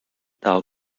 thou